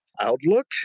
outlook